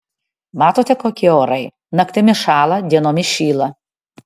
matote kokie orai naktimis šąla dienomis šyla